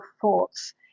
thoughts